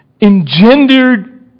engendered